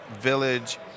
village